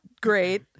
great